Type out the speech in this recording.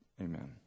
Amen